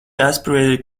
aspirated